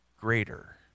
greater